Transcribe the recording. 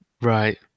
right